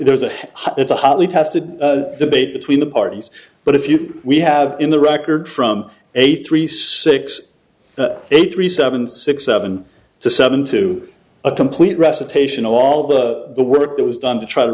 there's a it's a hotly tested debate between the parties but if you we have in the record from a three six eight three seven six seven to seven to a complete recitation of all the work that was done to try to